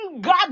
God